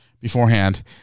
beforehand